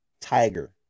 tiger